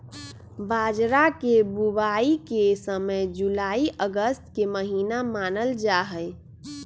बाजरा के बुवाई के समय जुलाई अगस्त के महीना मानल जाहई